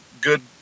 good